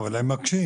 אבל הם מקשים.